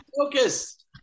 Focus